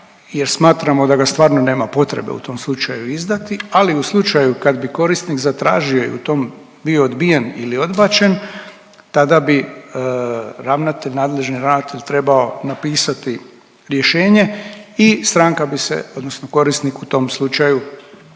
jer smatramo da ga stvarno nema potrebe u tom slučaju izdati, ali u slučaju kad bi korisnik zatražio i u tom bio odbijen ili odbačen, tada bi ravnatelj, nadležni ravnatelj trebao napisati rješenje i stranka bi se odnosno